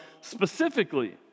specifically